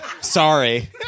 Sorry